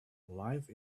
live